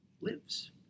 lives